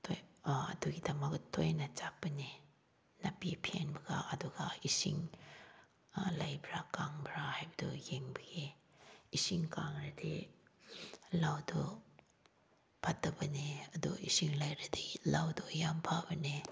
ꯑꯗꯨꯒꯤꯗꯃꯛ ꯇꯣꯏꯅ ꯆꯠꯄꯅꯦ ꯅꯥꯄꯤ ꯄꯦꯡꯕꯒ ꯑꯗꯨꯒ ꯏꯁꯤꯡ ꯂꯩꯕ꯭ꯔꯥ ꯀꯪꯕ꯭ꯔꯥ ꯍꯥꯏꯕꯗꯨ ꯌꯦꯡꯕꯤꯌꯦ ꯏꯁꯤꯡ ꯀꯪꯂꯗꯤ ꯂꯧꯗꯨ ꯐꯠꯇꯕꯅꯦ ꯑꯗꯨ ꯏꯁꯤꯡ ꯂꯩꯔꯗꯤ ꯂꯧꯗꯨ ꯌꯥꯝ ꯐꯕꯅꯦ